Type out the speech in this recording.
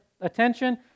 attention